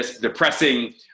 depressing